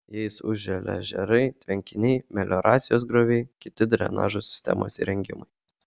jais užželia ežerai tvenkiniai melioracijos grioviai kiti drenažo sistemos įrengimai